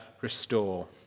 restore